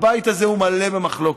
הבית הזה הוא מלא במחלוקת,